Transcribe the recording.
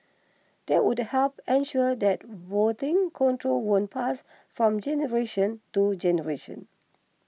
that would help ensure that voting control won't pass from generation to generation